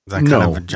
no